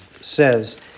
says